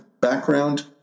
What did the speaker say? background